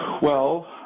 well